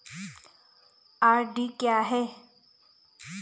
RD क्या है?